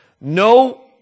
no